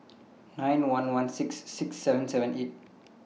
nine one one six six seven seven eight